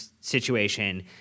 situation